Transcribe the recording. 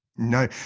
No